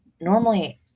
normally